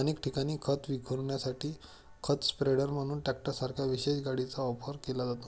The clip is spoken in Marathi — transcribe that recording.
अनेक ठिकाणी खत विखुरण्यासाठी खत स्प्रेडर म्हणून ट्रॅक्टरसारख्या विशेष गाडीचा वापर केला जातो